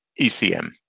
ECM